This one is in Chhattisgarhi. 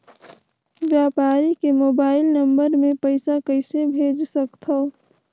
व्यापारी के मोबाइल नंबर मे पईसा कइसे भेज सकथव?